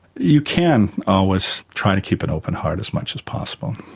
you can always try to keep an open heart as much as possible.